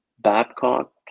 Babcock